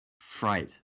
fright